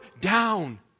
down